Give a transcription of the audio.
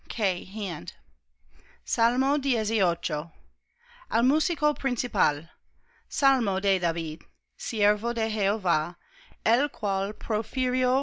tu semejanza al músico principal salmo de david siervo de jehová el cual